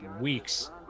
weeks